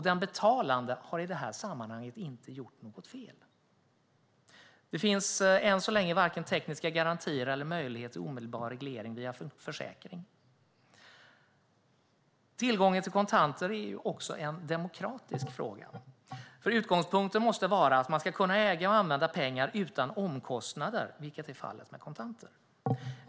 Den betalande har i detta sammanhang inte gjort något fel. Det finns än så länge varken tekniska garantier eller möjlighet till omedelbar reglering via försäkring. Tillgången till kontanter är också en demokratisk fråga. Utgångspunkten måste vara att man ska kunna äga och använda pengar utan omkostnader, vilket är fallet med kontanter.